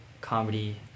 comedy